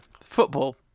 football